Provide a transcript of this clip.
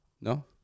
No